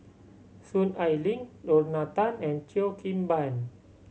Soon Ai Ling Lorna Tan and Cheo Kim Ban